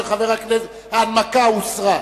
ההנמקה הוסרה,